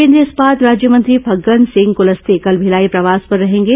केन्द्रीय इस्पात राज्यमंत्री फग्गन सिंह कुलस्ते कल भिलाई प्रवास पर रहेंगे